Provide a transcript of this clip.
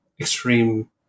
extreme